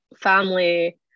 family